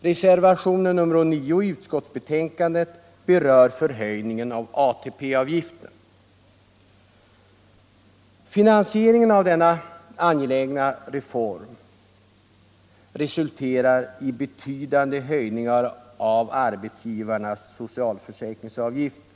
Reservationen 9 i utskottsbetänkandet berör höjningen av ATP-avgiften. Den föreslagna finansieringen av denna angelägna reform resulterar i betydande höjning av arbetsgivarnas socialförsäkringsavgifter.